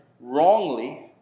wrongly